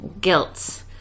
guilt